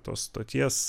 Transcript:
tos stoties